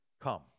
come